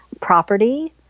property